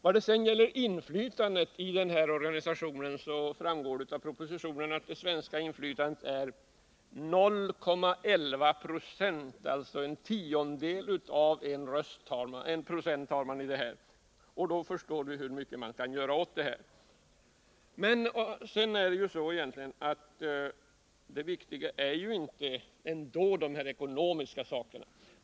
När det gäller inflytandet i organisationen framgår det av propositionen att Sveriges röstetal motsvarar 0,11 90 av det totala röstetalet i banken. Då förstår man hur mycket Sverige kan åstadkomma här. Men det viktiga är ändå inte de ekonomiska aspekterna.